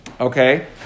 Okay